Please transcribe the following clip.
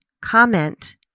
comment